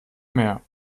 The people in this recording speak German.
mehr